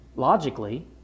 Logically